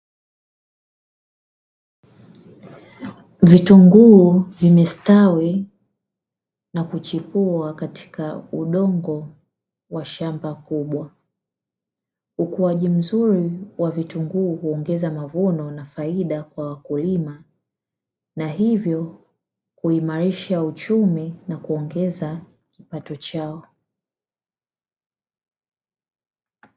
Vitunguu vimestawi na kuchipua katika udongo wa shamba kubwa, ukuaji mzuri wa vitunguu huongeza mavuno na faida kwa wakulima na hivyo kuimarisha uchumi na kuongeza kipato chao.